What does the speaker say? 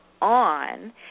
On